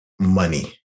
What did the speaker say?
Money